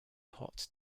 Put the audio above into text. hot